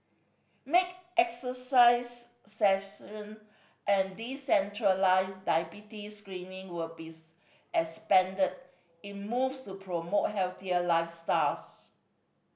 make exercise session and decentralised diabetes screening will be expanded in moves to promote healthier lifestyles